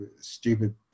stupid